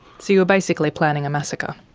so you were basically planning a massacre.